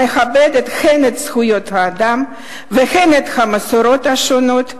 המכבדת הן את זכויות האדם והן את המסורות השונות.